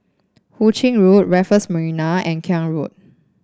Hu Ching Road Raffles Marina and Klang Road